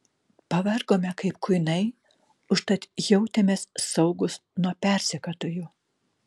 pavargome kaip kuinai užtat jautėmės saugūs nuo persekiotojų